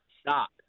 stop